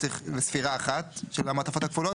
שצריך וספירה אחת של המעטפות הכפולות,